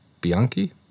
Bianchi